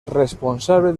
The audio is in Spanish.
responsable